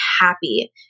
happy